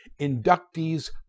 inductees